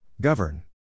Govern